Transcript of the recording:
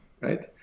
right